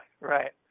right